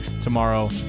tomorrow